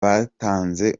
batanze